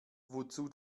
wozu